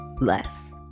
less